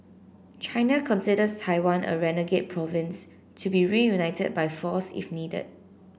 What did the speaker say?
China considers Taiwan a renegade province to be reunited by force if needed